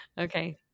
Okay